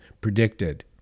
predicted